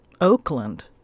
Oakland